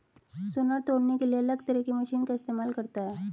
सुनार तौलने के लिए अलग तरह की मशीन का इस्तेमाल करता है